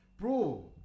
Bro